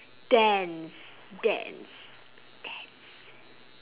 dance dance dance